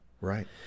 Right